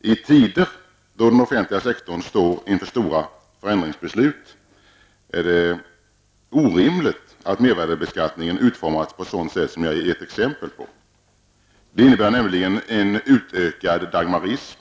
I tider då den offentliga sektorn står inför stora förändringsbeslut är det orimligt att mervärdebeskattningen utformas på det sätt som jag har gett exempel på. Det innebär nämligen en utökad ''Dagmarism''.